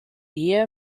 ehe